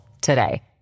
today